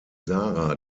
sara